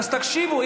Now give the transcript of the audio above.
אז תקשיבו,